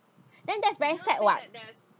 then that's very sad [what]